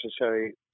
necessary